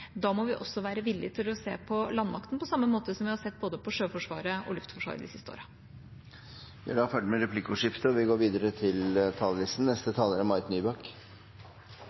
Da må vi også være villig til å se på landmakten, på samme måte som vi har sett på både Sjøforsvaret og Luftforsvaret de siste årene. Replikkordskiftet er dermed omme. Jeg skal først få ta opp forslag nr. 1 til sak nr. 3, på vegne av Arbeiderpartiet, Senterpartiet og